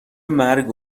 مرگ